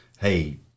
hey